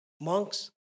monks